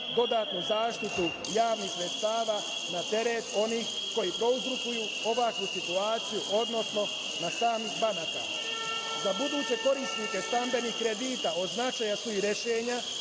dodatnu zaštitu javnih sredstava na teret onih koji prouzrokuju ovakvu situaciju, odnosno samih banaka. Za buduće korisnike stambenih kredita od značaja su i rešenja